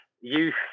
youth